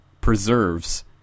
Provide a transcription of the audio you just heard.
preserves